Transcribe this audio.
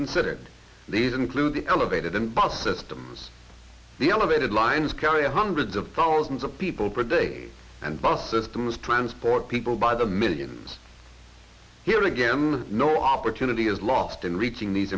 considered these include the elevated and bus that sometimes the elevated lines carry hundreds of thousands of people per day and bus systems transport people by the millions here again no opportunity is lost in reaching these